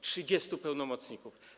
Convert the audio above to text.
30 pełnomocników.